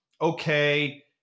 okay